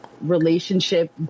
relationship